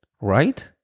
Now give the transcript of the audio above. Right